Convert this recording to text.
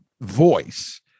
voice